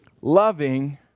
loving